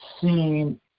seen